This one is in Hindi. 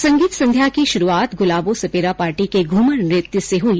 संगीत संध्या की शुरूआत गुलाबो सपेरा पार्टी के घूमर नृत्य से हुई